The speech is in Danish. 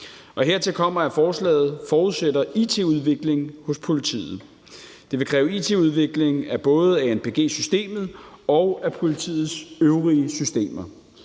Hertil kommer, at forslaget forudsætter it-udvikling hos politiet. Det vil kræve it-udvikling af både anpg-systemet og af politiets øvrige systemer,